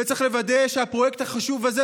וצריך לוודא שהפרויקט החשוב הזה,